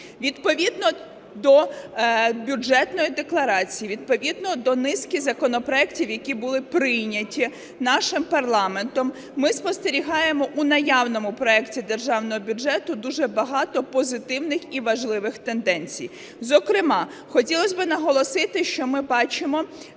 Відповідно до Бюджетної декларації, відповідно до низки законопроектів, які були прийняті нашим парламентом ми спостерігаємо у наявному проекті Державного бюджету дуже багато позитивних і важливих тенденцій. Зокрема, хотілося б наголосити, що ми бачимо